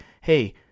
hey